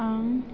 आं